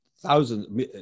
thousands